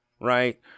right